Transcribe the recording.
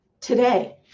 today